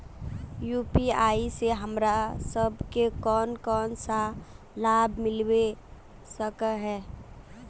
UPI से हमरा सब के कोन कोन सा लाभ मिलबे सके है?